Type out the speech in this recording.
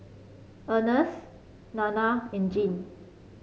Ernest Nanna and Jean